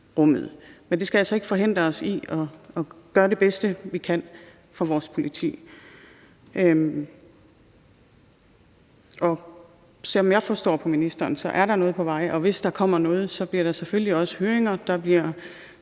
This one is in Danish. det skal altså ikke forhindre os i at gøre det bedste, vi kan, for vores politi. Sådan som jeg forstår ministeren, er der noget på vej, og hvis der kommer noget, bliver der selvfølgelig også høringer.